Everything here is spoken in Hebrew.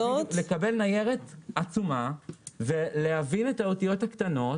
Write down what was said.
לקבל ניירת עצומה ולהבין את האותיות הקטנות